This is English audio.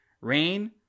Rain